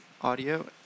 audio